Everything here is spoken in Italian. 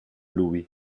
lui